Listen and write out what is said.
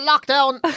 Lockdown